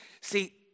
See